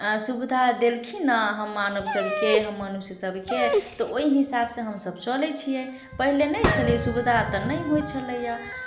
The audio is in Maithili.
सुविधा देलखिन हेँ हम मानवसभके हम मनुष्यसभके तऽ ओहि हिसाबसँ हमसभ चलै छियै पहिले नहि छलै सुविधा तऽ नहि होइ छलैए